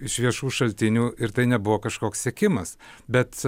iš viešų šaltinių ir tai nebuvo kažkoks sekimas bet